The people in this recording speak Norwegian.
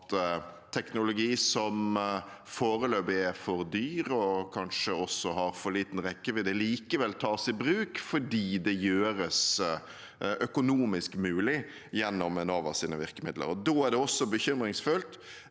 at teknologi som foreløpig er for dyr og kanskje også har for liten rekkevidde, likevel tas i bruk fordi det gjøres økonomisk mulig gjennom Enovas virkemidler. Da er det også bekymringsfullt